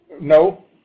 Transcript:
No